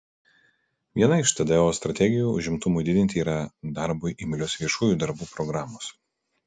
viena iš tdo strategijų užimtumui didinti yra darbui imlios viešųjų darbų programos